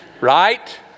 Right